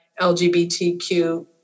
LGBTQ